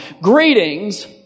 greetings